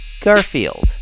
Garfield